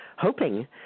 hoping